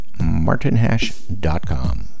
martinhash.com